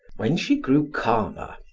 when she grew calmer,